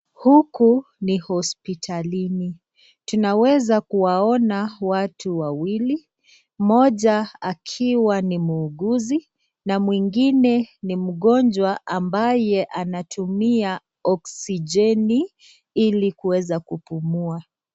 Huku ni hospitalini tunaweza kuwaona watu wawili moja akiwa ni muguzi, na mwingine ni mgonjwa ambaye anatumia oksigeni ili aweze kupumua.